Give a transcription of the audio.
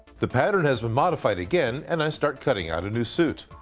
the pattern has been modified again and i start cutting out a new suit,